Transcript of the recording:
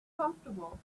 comfortable